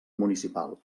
municipal